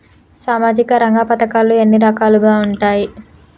సామాజిక రంగ పథకాలు ఎన్ని రకాలుగా ఉంటాయి?